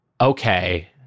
okay